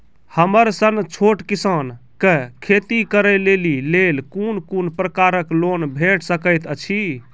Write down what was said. हमर सन छोट किसान कअ खेती करै लेली लेल कून कून प्रकारक लोन भेट सकैत अछि?